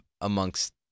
amongst